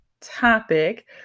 topic